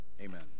amen